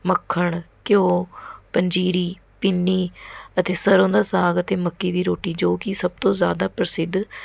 ਮੱਖਣ ਘਿਓ ਪੰਜੀਰੀ ਪਿੰਨੀ ਅਤੇ ਸਰ੍ਹੋਂ ਦਾ ਸਾਗ ਅਤੇ ਮੱਕੀ ਦੀ ਰੋਟੀ ਜੋ ਕਿ ਸਭ ਤੋ ਜ਼ਿਆਦਾ ਪ੍ਰਸਿੱਧ